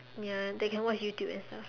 ya then can watch YouTube and stuff